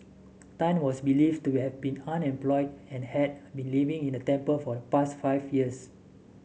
Tan was believed to have been unemployed and had been living in the temple for the past five years